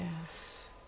Yes